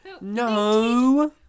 No